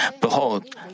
Behold